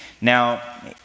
Now